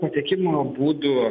patekimo būdų